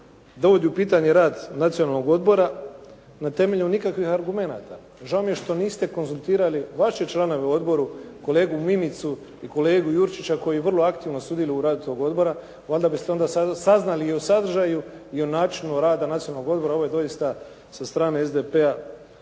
dovodi u pitanje rad Nacionalnog odbora na temelju nikakvih argumenata. Žao mi je što niste konzultirali vaše članove u odboru, kolegu Mimicu i kolegu Jurčića koji vrlo aktivno sudjeluju u radu tog odbora, valjda biste onda saznali i o sadržaju i o načinu rada Nacionalnog odbora. Ovo je doista sa strane SDP-a